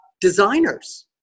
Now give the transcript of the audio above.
Designers